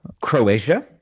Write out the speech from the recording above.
Croatia